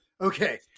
Okay